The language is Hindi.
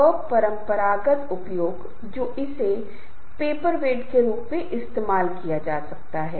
कभी कभी आप जानते हैं कि कुछ लोग किसी संगठन कुछ विभाग शैक्षणिक संस्थानों में भी हो सकते हैं